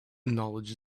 knowledge